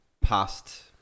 past